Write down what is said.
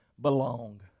Belong